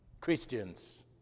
Christians